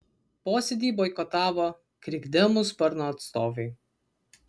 posėdį boikotavo krikdemų sparno atstovai